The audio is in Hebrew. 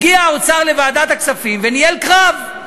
הגיע האוצר לוועדת הכספים וניהל קרב.